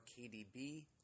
KDB